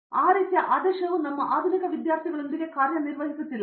ಈಗ ಆ ರೀತಿಯ ಆದೇಶವು ನಮ್ಮ ಆಧುನಿಕ ವಿದ್ಯಾರ್ಥಿಗಳೊಂದಿಗೆ ಕಾರ್ಯನಿರ್ವಹಿಸುತ್ತಿಲ್ಲ